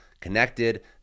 connected